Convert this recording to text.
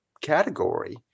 category